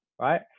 right